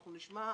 אנחנו נשמע,